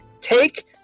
take